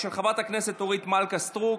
של חברת הכנסת אורית מלכה סטרוק,